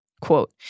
Quote